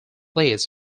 leads